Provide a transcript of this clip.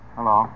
Hello